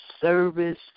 service